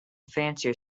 fancier